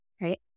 right